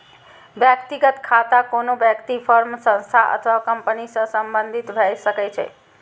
व्यक्तिगत खाता कोनो व्यक्ति, फर्म, संस्था अथवा कंपनी सं संबंधित भए सकै छै